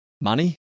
Money